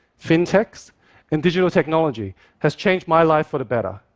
fintech so and digital technology has changed my life for the better.